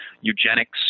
eugenics